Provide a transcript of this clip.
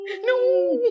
No